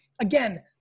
again